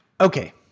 Okay